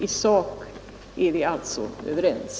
I sak är vi alltså överens.